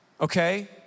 okay